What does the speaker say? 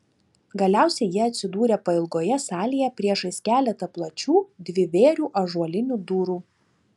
galiausiai jie atsidūrė pailgoje salėje priešais keletą plačių dvivėrių ąžuolinių durų